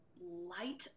light